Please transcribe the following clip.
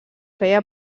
feia